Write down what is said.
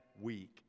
week